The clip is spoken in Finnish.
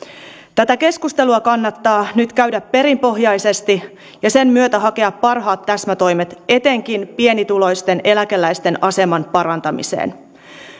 tätä keskustelua kannattaa nyt käydä perinpohjaisesti ja sen myötä hakea parhaat täsmätoimet etenkin pienituloisten eläkeläisten aseman parantamiseen